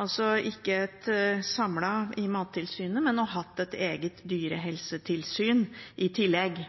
altså ikke ha alt samlet i Mattilsynet, men ha et eget dyrehelsetilsyn i tillegg,